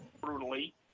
brutally